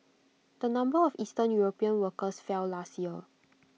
the number of eastern european workers fell last year